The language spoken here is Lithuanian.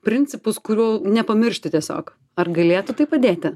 principus kurių nepamiršti tiesiog ar galėtų tai padėti